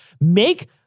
make